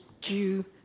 due